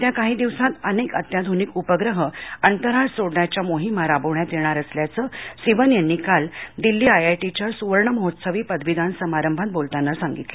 येत्या काही दिवसात अनेक अत्याधुनिक उपग्रह अंतराळात सोडण्याच्या मोहीमा राबवण्यात येणार असल्याचं सिवन यांनी काल दिल्ली आयआयटीच्या सुवर्ण महोत्सवी पदवीदान समारंभात बोलताना सांगितलं